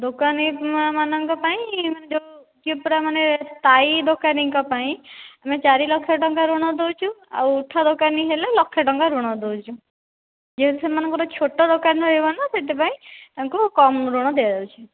ଦୋକାନୀ ମାନଙ୍କ ପାଇଁ ମାନେ ଯେଉଁ ଯିଏ ପରା ମାନେ ସ୍ଥାୟୀ ଦୋକାନୀ ଙ୍କ ପାଇଁ ଆମେ ଚାରି ଲକ୍ଷ ଟଙ୍କା ଋଣ ଦେଉଛୁ ଆଉ ଉଠା ଦୋକାନୀ ହେଲେ ଲକ୍ଷେ ତାଙ୍କ ଋଣ ଦେଉଛୁ ଯେହେତୁ ସେମାନଙ୍କର ଛୋଟ ଦୋକାନ ରହିବ ନା ସେହିଥି ପାଇଁ ତାଙ୍କୁ କମ୍ ଋଣ ଦିଆଯାଉଛି